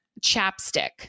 chapstick